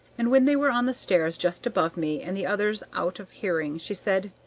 and when they were on the stairs just above me, and the others out of hearing, she said,